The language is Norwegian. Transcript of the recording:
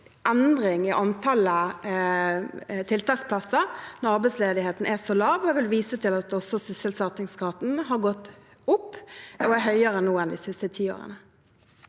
endring i antallet tiltaksplasser når arbeidsledigheten er så lav, og jeg vil vise til at også sysselsettingsgraden har gått opp og er høyere nå enn de siste ti årene.